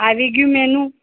આવી ગયું મેનૂ